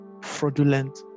fraudulent